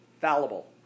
fallible